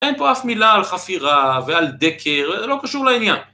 אין פה אף מילה על חפירה ועל דקר, זה לא קשור לעניין.